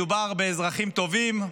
מדובר באזרחים טובים -- ממש לא,